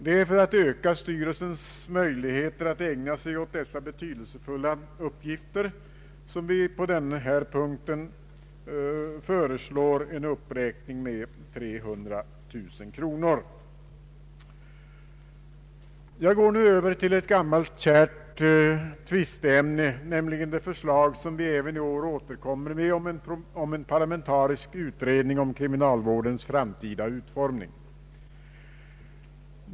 Det är för att öka styrelsens möjligheter att ägna sig åt dessa betydelsefulla uppgifter som vi på denna punkt föreslår en uppräkning med 300 000 kronor. Jag går nu över till ett gammalt kärt tvisteämne, nämligen det förslag som vi även i år återkommer med om en parlamentarisk utredning om kriminalvårdens framtida utformning.